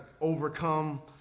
overcome